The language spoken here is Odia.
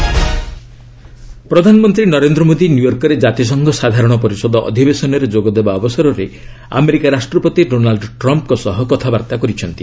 ପ୍ରାଇମ୍ ମିନିଷ୍ଟର ପ୍ରଧାନମନ୍ତ୍ରୀ ନରେନ୍ଦ୍ର ମୋଦି ନ୍ୟୁୟର୍କରେ ଜାତିସଂଘ ସାଧାରଣ ପରିଷଦ ଅଧିବେଶନରେ ଯୋଗ ଦେବା ଅବସରରେ ଆମେରିକା ରାଷ୍ଟ୍ରପତି ଡୋନାଲ୍ଡ୍ ଟ୍ରମ୍ପ୍ଙ୍କ ସହ କଥାବାର୍ତ୍ତା କରିଛନ୍ତି